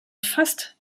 fast